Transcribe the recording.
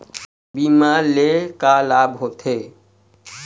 बीमा ले का लाभ होथे?